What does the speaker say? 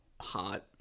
hot